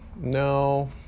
No